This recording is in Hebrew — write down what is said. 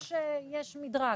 יש מדרג.